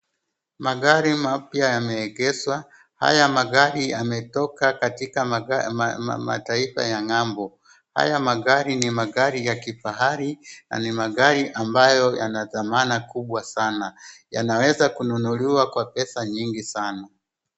Magari mapya yameegeshwa. Haya magari yametoka katika mataifa ya ng'ambo. Haya magari ni magari ya kifahari na ni magari ambayo yana dhamana kubwa sana. Yanaweza kununuliwa kwa pesa nyingi sana.